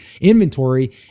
inventory